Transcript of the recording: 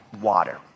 water